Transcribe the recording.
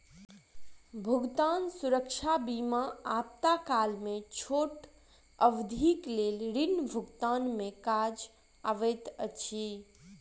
भुगतान सुरक्षा बीमा आपातकाल में छोट अवधिक लेल ऋण भुगतान में काज अबैत अछि